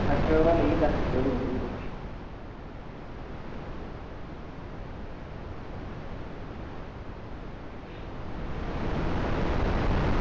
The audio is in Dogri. अट्ठ बजे कोला दस्स बजे धोड़ी खु'ल्ली रौहंदी